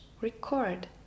record